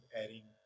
adding